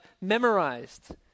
memorized